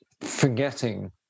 forgetting